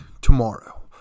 tomorrow